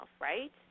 right